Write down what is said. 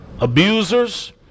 abusers